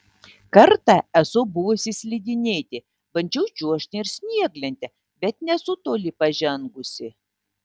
kartą esu buvusi slidinėti bandžiau čiuožti ir snieglente bet nesu toli pažengusi